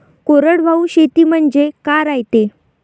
कोरडवाहू शेती म्हनजे का रायते?